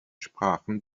sprachen